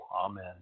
Amen